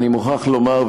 אני מוכרח לומר,